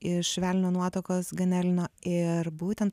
iš velnio nuotakos ganelino ir būtent